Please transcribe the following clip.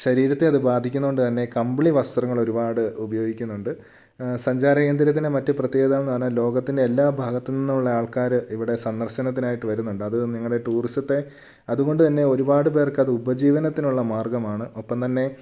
ശരീരത്തെ അത് ബാധിക്കുന്നതുകൊണ്ടു തന്നെ കമ്പിളി വസ്ത്രങ്ങളൊരുപാട് ഉപയോഗിക്കുന്നുണ്ട് സഞ്ചാരകേന്ദ്രത്തിന്റെ മറ്റു പ്രത്യേകതാന്ന് പറഞ്ഞാൽ ലോകത്തിന്റെ എല്ലാ ഭാഗത്ത് നിന്നുമുള്ള ആൾകാർ ഇവിടെ സന്ദർശനത്തിനായിട്ട് വരുന്നുണ്ട് അത് നിങ്ങളുടെ ടൂറിസത്തെ അതുകൊണ്ടന്നെ ഒരുപാട് പേർക്കത് ഉപജീവനത്തിനുള്ള മാർഗ്ഗമാണ് ഒപ്പം തന്നെ